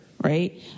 right